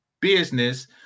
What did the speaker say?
business